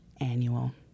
annual